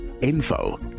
info